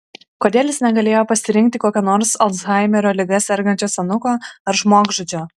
kodėl jis negalėjo pasirinkti kokio nors alzhaimerio liga sergančio senuko ar žmogžudžio